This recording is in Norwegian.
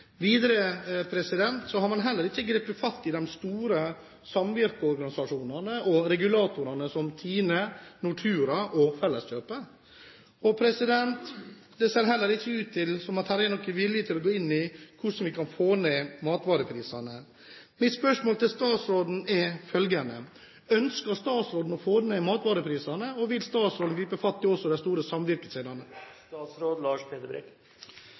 Videre: Man har heller ikke grepet fatt i de store samvirkeorganisasjonene og regulatorene, som Tine, Nortura og Felleskjøpet. Det ser heller ikke ut til at det er noen vilje til å gå inn og se på hvordan vi kan få ned matvareprisene. Mitt spørsmål til statsråden er følgende: Ønsker han å få ned matvareprisene, og vil han også gripe fatt i de store